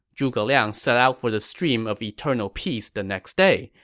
zhuge liang set out for the stream of eternal peace the next day,